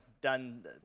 done